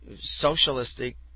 socialistic